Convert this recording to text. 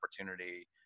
opportunity